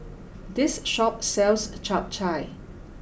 this shop sells Chap Chai